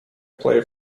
play